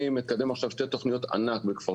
אני מקדם עכשיו שתי תוכניות ענק בכפר